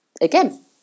Again